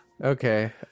Okay